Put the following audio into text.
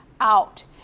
out